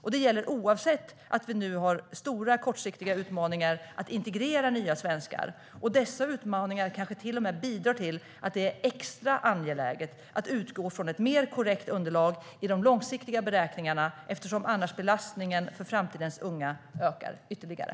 Och det gäller oavsett de stora kortsiktiga utmaningar som vi nu har när det gäller att integrera nya svenskar. Dessa utmaningar kanske till och med bidrar till att det är extra angeläget att utgå från ett mer korrekt underlag i de långsiktiga beräkningarna, eftersom belastningen för framtidens unga annars ökar ytterligare.